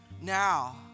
now